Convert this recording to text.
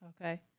Okay